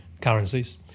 currencies